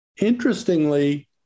Interestingly